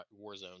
Warzone